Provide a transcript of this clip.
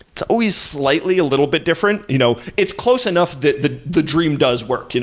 it's always slightly a little bit different. you know it's close enough that the the dream does work. you know